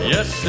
Yes